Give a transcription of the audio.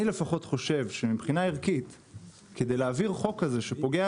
אני חושב שכדי להעביר חוק כזה שפוגע